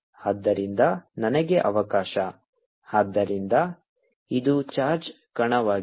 ಆದ್ದರಿಂದ ನನಗೆ ಅವಕಾಶ ಆದ್ದರಿಂದ ಇದು ಚಾರ್ಜ್ ಕಣವಾಗಿದೆ